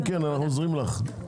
כן, אנחנו עוזרים לך.